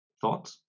Thoughts